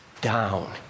down